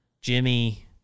Jimmy